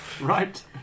Right